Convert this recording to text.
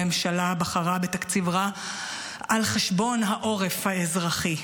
הממשלה בחרה בתקציב רע על חשבון העורף האזרחי.